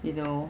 you know